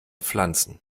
pflanzen